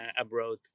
abroad